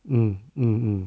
嗯嗯嗯